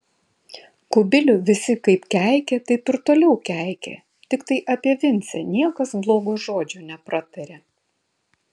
kubilių visi kaip keikė taip ir toliau keikė tiktai apie vincę niekas blogo žodžio nepratarė